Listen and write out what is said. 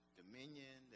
dominion